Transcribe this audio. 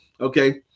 Okay